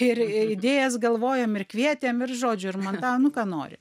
ir idėjas galvojom ir kvietėm ir žodžiu ir montavom nu ką nori